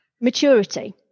maturity